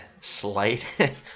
slight